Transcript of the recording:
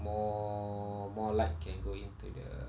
more more light can go into the